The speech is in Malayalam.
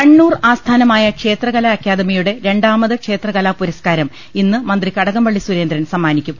കണ്ണൂർ ആസ്ഥാനമായ ക്ഷേത്രകലാ അക്കാദമിയുടെ രണ്ടാ മത് ക്ഷേത്രകലാപുരസ്കാരം ഇന്ന് മന്ത്രി കടകംപള്ളി സുരേന്ദ്രൻ സമ്മാനിക്കും